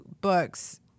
books